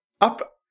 up